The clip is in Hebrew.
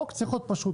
חוק צריך להיות פשוט,